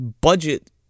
budget